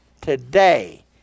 today